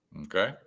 Okay